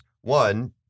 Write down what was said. One